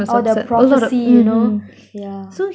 orh the prophecy you know yeah